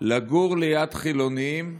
לגור ליד חילונים,